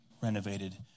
renovated